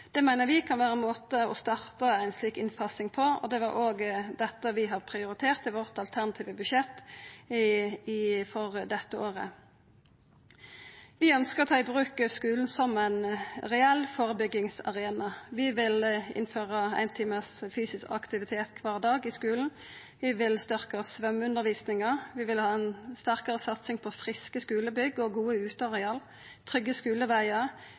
Det meiner vi kan vera ein måte å starta ei slik innfasing på. Det er òg dette vi har prioritert i vårt alternative budsjett for dette året. Vi ønskjer å ta i bruk skulen som ein reell førebyggingsarena. Vi vil innføra éin times fysisk aktivitet kvar dag i skulen. Vi vil styrkja svømmeundervisninga. Vi vil ha ei sterkare satsing på friske skulebygg og gode uteareal, trygge skulevegar,